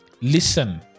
Listen